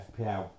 FPL